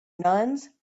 nuns